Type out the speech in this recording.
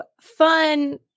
fun